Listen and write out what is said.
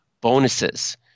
Bonuses